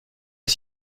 est